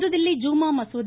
புதுதில்லி ஜுமா மசூதி